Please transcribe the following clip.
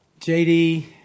JD